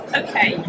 okay